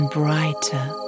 brighter